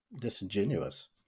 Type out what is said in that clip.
disingenuous